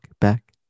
back